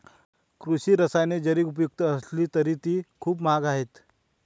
कृषी रसायने जरी उपयुक्त असली तरी ती खूप महाग आहेत